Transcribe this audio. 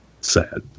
Sad